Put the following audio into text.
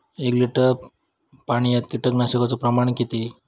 एक लिटर पाणयात कीटकनाशकाचो प्रमाण किती?